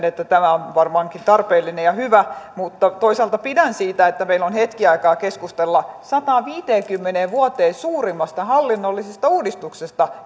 että tämä on varmaankin tarpeellinen ja hyvä mutta toisaalta pidän siitä että meillä on hetki aikaa keskustella sataanviiteenkymmeneen vuoteen suurimmasta hallinnollisesta uudistuksesta